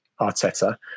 Arteta